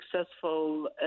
successful